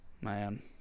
Man